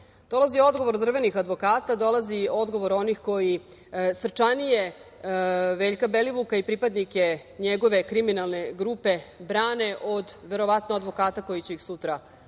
Dolazi odgovor od drvenih advokata, dolazi odgovor onih koji srčanije Veljka Belivuka i pripadnike njegove kriminalne grupe brane od, verovatno, advokata koji će ih sutra braniti